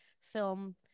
film